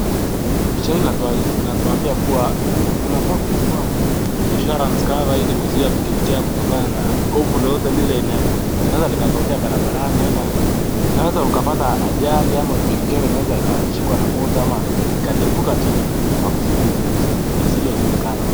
Picha hii inatuambia kuwa, unafaa kuchukua insurance cover ili kuzuia pikipiki yako kutokana na ovu lolote lile inaweza likatokea barabarani, ama unaweza ukapata ajali ama pikipiki yako inaweza ikashikwa na moto ama ikalipuka tu kwa kusudi lisilojulikana.